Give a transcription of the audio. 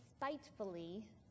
spitefully